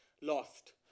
lost